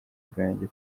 bwanjye